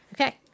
Okay